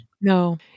No